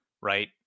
right